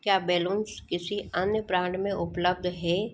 क्या बैलून्स किसी अन्य ब्रांड में उपलब्ध हैं